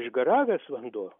išgaravęs vanduo